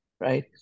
right